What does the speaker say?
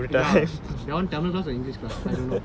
ya that [one] tamil class or english class I don't know